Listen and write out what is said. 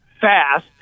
fast